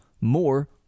more